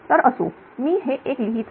तर असो मी हे एक लिहीत आहे